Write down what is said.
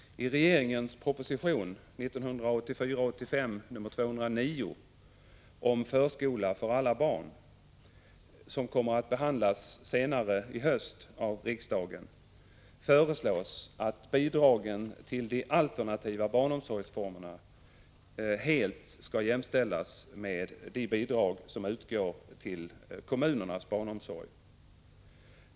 I regeringens proposition om förskola för alla barn, som kommer att behandlas av riksdagen senare i höst, föreslås att bidragen till de alternativa barnomsorgsformerna helt skall jämställas med de bidrag som utgår till kommunernas barnomsorg.